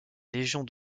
légions